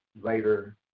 later